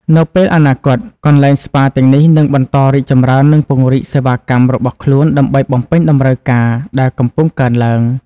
នៅពេលអនាគត កន្លែងស្ប៉ាទាំងនេះនឹងបន្តរីកចម្រើននិងពង្រីកសេវាកម្មរបស់ខ្លួនដើម្បីបំពេញតម្រូវការដែលកំពុងកើនឡើង។